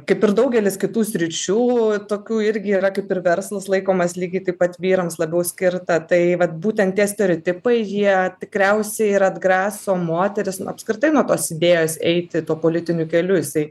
kaip ir daugelis kitų sričių tokių irgi yra kaip ir verslas laikomas lygiai taip pat vyrams labiau skirta tai vat būtent tie stereotipai jie tikriausiai ir atgraso moteris apskritai nu nuo tos idėjos eiti tuo politiniu keliu jisai